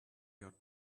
your